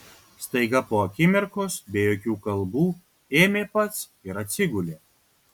staiga po akimirkos be jokių kalbų ėmė pats ir atsigulė